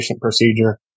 procedure